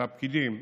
והפקידים,